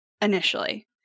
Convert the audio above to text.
initially